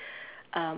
um